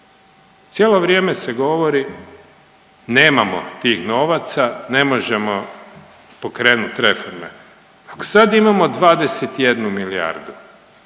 Cijelo vrijeme se govori nemamo tih novaca, ne možemo pokrenut reforme. Ako sad imamo 21 milijardu